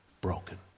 broken